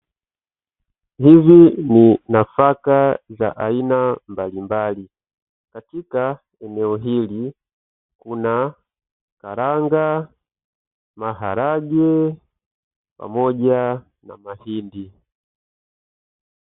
Hizi ni nafaka za aina mbalimbali, katika eneo hili kuna karanga, maharage pamoja na mahindi.